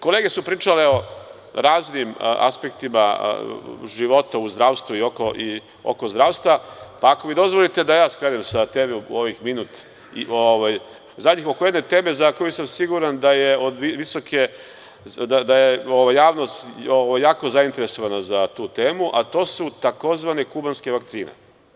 Kolege su pričale o raznim aspektima života u zdravstvu i oko zdravstva, pa ako mi dozvolite da ja skrenem sa teme u ovih minut zadnjih, oko jedne teme za koju sam siguran da je javnost jako zainteresovana za tu temu, a to su tzv. kubanske vakcine.